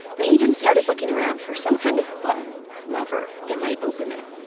the agents started looking around for some kind of button or lever that might open it,